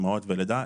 אימהות ולידה,